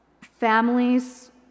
Families